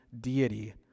deity